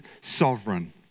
sovereign